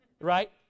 right